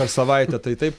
per savaitę tai taip